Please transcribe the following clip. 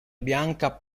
bianca